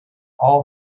all